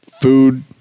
food